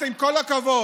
עם כל הכבוד.